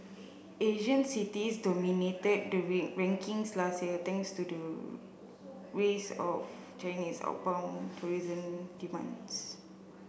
Asian cities dominated the rankings last year thanks to rise of Chinese outbound tourism demands